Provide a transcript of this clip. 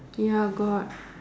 ya got